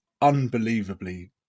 unbelievably